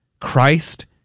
Christ